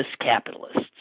capitalists